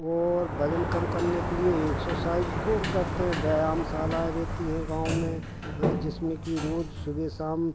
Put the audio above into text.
और वज़न कम करने के लिए एक्सरसाइज बहुत करते हैं व्यायामशालाएँ रहती हैं गाँव में हाँ जिसमें कि रोज़ सुबह शाम